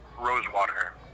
Rosewater